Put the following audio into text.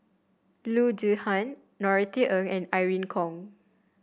Loo Zihan Norothy Ng and Irene Khong